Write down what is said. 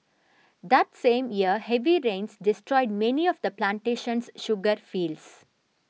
that same year heavy rains destroyed many of the plantation's sugar fields